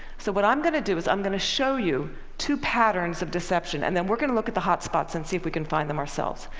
so what i'm going to do is i'm going to show you two patterns of deception. and then we're going to look at the hot spots and see if we can find them ourselves.